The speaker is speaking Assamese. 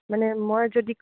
মানে মই যদি